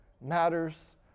matters